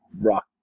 rock